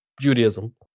Judaism